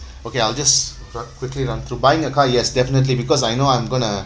okay I'll just r~ quickly run through buying a car yes definitely because I know I'm going to